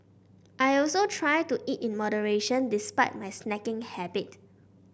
I also try to eat in moderation despite my snacking habit